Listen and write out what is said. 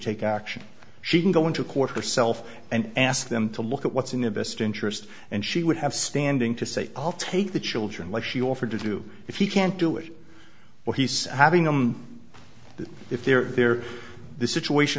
take action she can go into a court herself and ask them to look at what's in their best interest and she would have standing to say i'll take the children like she offered to do if he can't do it or he's having them if they're there this situation